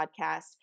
podcast